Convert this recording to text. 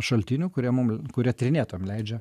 šaltinių kurie mum kurie tyrinėtojam leidžia